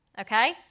Okay